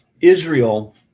Israel